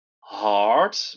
hard